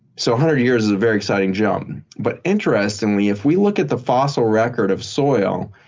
so hundred years is a very exciting jump um but interestingly, if we look at the fossil record of soil,